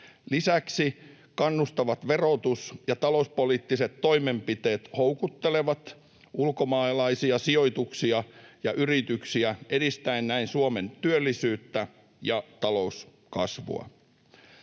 Lisäksi kannustavat verotus- ja talouspoliittiset toimenpiteet houkuttelevat ulkomaalaisia sijoituksia ja yrityksiä edistäen näin Suomen työllisyyttä ja talouskasvua.